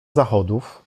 zachodów